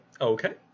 Okay